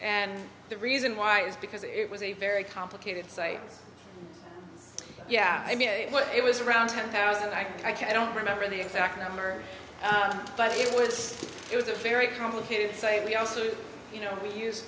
and the reason why is because it was a very complicated site yeah i mean it was around ten thousand i can i don't remember the exact number but it was it was a very complicated say we also you know we use